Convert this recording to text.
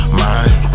mind